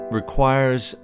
requires